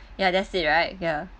ya that's it right ya